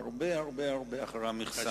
הרבה הרבה הרבה אחרי המכסה.